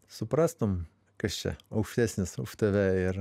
suprastum kas čia aukštesnis už tave ir